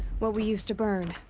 what we use to burn.